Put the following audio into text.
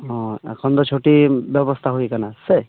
ᱚᱻ ᱮᱠᱷᱚᱱ ᱫᱚ ᱪᱷᱩᱴᱤ ᱵᱮᱵᱚᱥᱛᱷᱟ ᱦᱩᱭ ᱟᱠᱟᱱᱟ ᱥᱮ